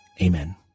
Amen